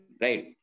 right